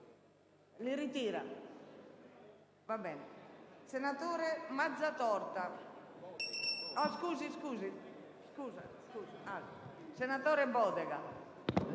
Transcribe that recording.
senatore Mazzatorta